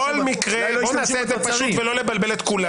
בואו נעשה את זה פשוט ולא נבלבל את כולם.